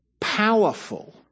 powerful